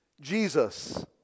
Jesus